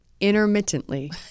intermittently